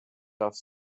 darf